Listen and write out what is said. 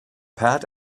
pat